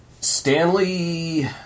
Stanley